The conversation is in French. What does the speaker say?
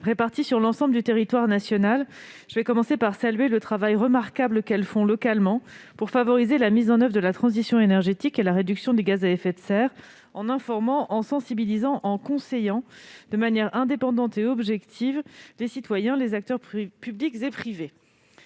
réparties sur l'ensemble du territoire national. Permettez-moi tout d'abord de saluer le travail remarquable qu'elles accomplissent localement pour favoriser la mise en oeuvre de la transition énergétique et la réduction des émissions de gaz à effet de serre, en informant, en sensibilisant, en conseillant, de manière indépendante et objective, les citoyens, ainsi que les acteurs publics et privés.